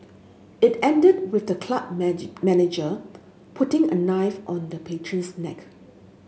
it ended with the club manager putting a knife on the patron's neck